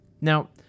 Now